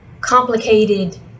complicated